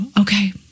Okay